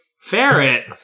ferret